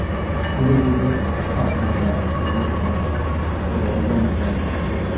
ᱡᱩᱫᱟᱹ ᱡᱩᱫᱟᱹ ᱴᱚᱴᱷᱟ ᱠᱚᱨᱮᱭᱟᱜ ᱠᱷᱚᱵᱚᱨ ᱠᱚ ᱥᱮ ᱵᱚᱨᱜᱚᱱ ᱠᱚ